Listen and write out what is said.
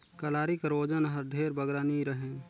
कलारी कर ओजन हर ढेर बगरा नी रहें